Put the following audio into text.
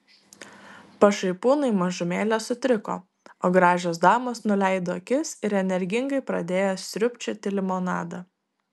pašaipūnai mažumėlę sutriko o gražios damos nuleido akis ir energingai pradėjo sriubčioti limonadą